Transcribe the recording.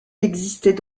existaient